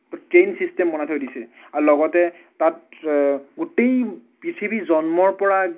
তো train system বনাই থৈ দিছে আৰ লগতে তাত গোটেই পৃথিৱী জন্মৰপৰা